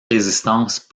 résistance